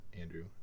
Andrew